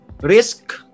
risk